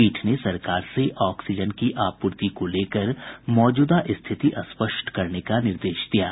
पीठ ने सरकार से ऑक्सीजन की आपूर्ति को लेकर मौजूदा स्थिति स्पष्ट करने का निर्देश दिया है